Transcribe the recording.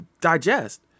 digest